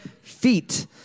feet